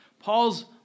Paul's